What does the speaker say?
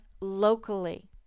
locally